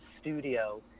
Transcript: studio